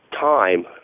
time